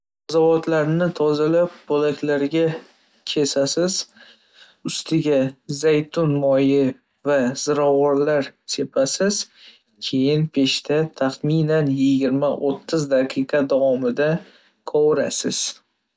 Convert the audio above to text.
﻿Zavodlarni tozalab, bo'laklarga kesasiz, ustiga zaytun moyi va zirog'vorlar sepasiz, keyin peshta taxminan yigirma o'ttiz daqiqa davomida qovurasiz.